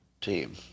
team